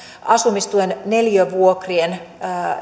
asumistuen neliövuokrien